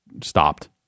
stopped